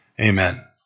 Amen